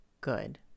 good